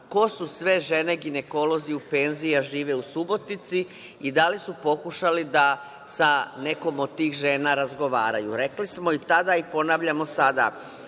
ko su sve žene ginekolozi u penziji, a žive u Subotici i da li su pokušali da sa nekom od tih žena razgovaraju? Rekli smo tada i ponavljamo sada,